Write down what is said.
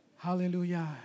Hallelujah